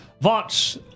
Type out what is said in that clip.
watch